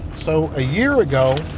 so a year ago,